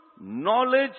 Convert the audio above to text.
knowledge